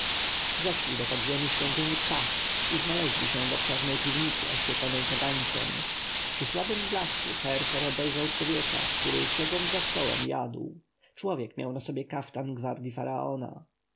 zeszli do podziemi świątyni ptah i znaleźli się w obszernej piwnicy oświetlonej kagańcem przy słabym blasku herhor dojrzał człowieka który siedząc za stołem jadł człowiek miał na sobie kaftan gwardji faraona